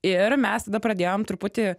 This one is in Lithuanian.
ir mes tada pradėjom truputį